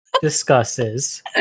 discusses